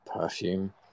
perfume